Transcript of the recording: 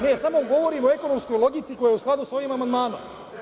Ne, samo govorim o ekonomskoj logici koja je u skladu sa ovim amandmanom.